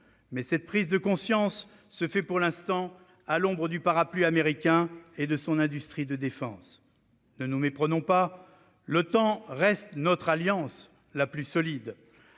mais cette prise de conscience se fait pour l'instant à l'ombre du parapluie américain et de son industrie de défense. Ne nous méprenons pas : l'Otan reste notre alliance la plus solide,